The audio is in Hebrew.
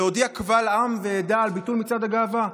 להודיע קבל עם ועדה על ביטול מצעד הגאווה.